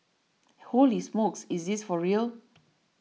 holy smokes is this for real